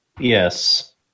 Yes